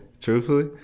truthfully